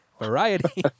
Variety